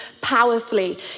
powerfully